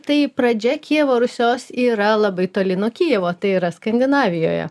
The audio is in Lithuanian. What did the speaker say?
tai pradžia kijevo rusios yra labai toli nuo kijevo tai yra skandinavijoje